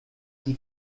qui